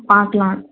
பார்க்கலாம்